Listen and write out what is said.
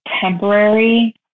temporary